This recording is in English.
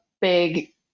big